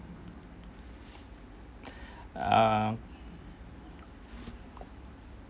uh